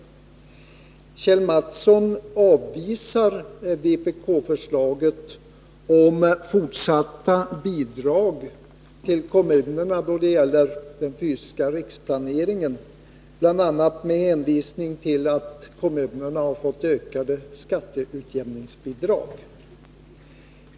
Kjell Mattsson avvisar vpk-förslaget om fortsatta bidrag till kommunerna då det gäller den fysiska riksplaneringen, bl.a. med hänvisning till att kommunerna har fått ökade skatteutjämningsbidrag.